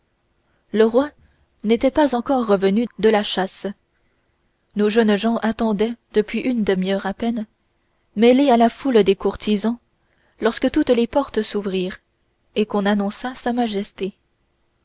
le roi n'était pas encore revenu de la chasse nos jeunes gens attendaient depuis une demi-heure à peine mêlés à la foule des courtisans lorsque toutes les portes s'ouvrirent et qu'on annonça sa majesté